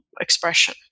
expression